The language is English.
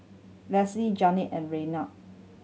Lessie Janeen and Raynard